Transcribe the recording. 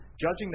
judging